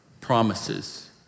promises